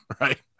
Right